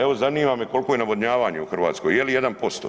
Evo zanima me koliko je navodnjavanja u Hrvatskoj, je li 1%